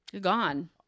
Gone